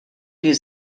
die